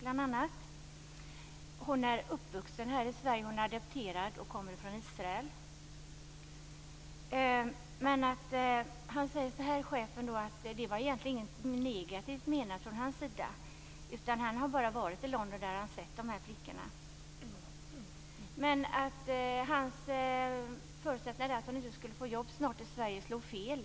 Hon kommer från Israel men är adopterad och uppvuxen i Sverige. Hotellchefen säger att han menade inget negativt. Han hade bara sett hur en del flickor hade fått jobb i London. Men hotellchefens förutsägelse att den unga kvinnan inte skulle få jobb i Sverige slog fel.